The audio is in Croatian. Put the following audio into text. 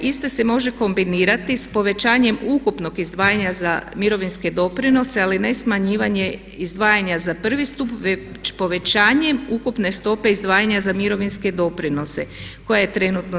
Ista se može kombinirati s povećanjem ukupnog izdvajanja za mirovinske doprinose ali ne smanjivanje izdvajanja za 1. stup već povećanjem ukupne stope izdvajanja za mirovinske doprinose koja je trenutno 20%